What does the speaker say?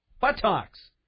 buttocks